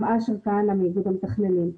מאיגוד המתכננים,